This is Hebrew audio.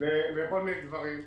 בארץ ולייצוא,